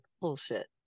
bullshit